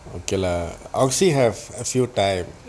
okay lah oxy have a few types